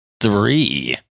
three